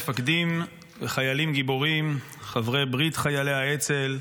מפקדים וחיילים גיבורים חברי ברית חיילי האצ"ל,